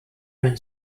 ran